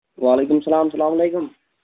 وعلیکُم اسَلام اسَلام علیکُم